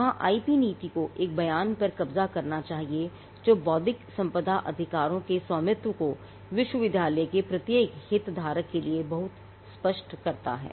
वहाँ आईपी नीति को एक बयान पर कब्जा करना चाहिए जो बौद्धिक संपदा अधिकारों के स्वामित्व को विश्वविद्यालय के प्रत्येक हितधारक के लिए बहुत स्पष्ट करता है